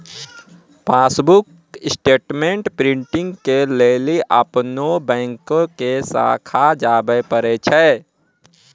passbook statement printing के लेली अपनो बैंको के शाखा जाबे परै छै